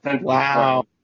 Wow